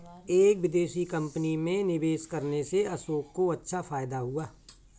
एक विदेशी कंपनी में निवेश करने से अशोक को अच्छा फायदा हुआ